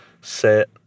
set